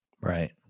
Right